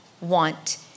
want